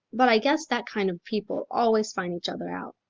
but i guess that kind of people always find each other out.